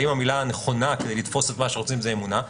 האם המילה הנכונה כדי לתפוס את מה שרוצים זה אמונה.